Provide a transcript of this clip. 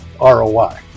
ROI